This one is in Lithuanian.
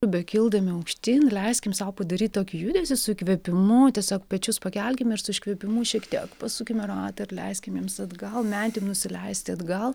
tebekildami aukštyn leiskim sau padaryt tokį judesį su įkvėpimu tiesiog pečius pakelkim ir su iškvėpimu šiek tiek pasukime ratą ir leiskim jiems atgal mentim nusileisti atgal